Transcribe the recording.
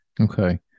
okay